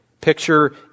Picture